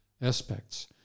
aspects